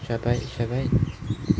should I buy should I buy